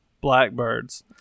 blackbirds